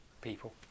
people